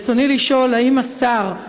רצוני לשאול: 1. האם השר,